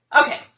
Okay